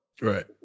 right